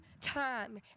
time